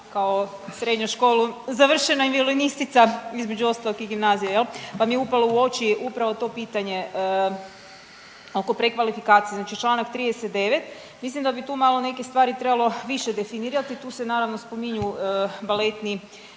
kao srednju školu, završena i violinistica između ostalog i gimnazija jel, pa mi je upalo u oči upravo to pitanje oko prekvalifikacije. Znači Članak 39., mislim da bi tu malo neke stvari trebalo više definirati. Tu se naravno spominju baletni